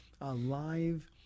alive